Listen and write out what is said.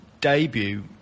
debut